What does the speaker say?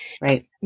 right